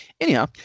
anyhow